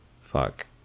fuck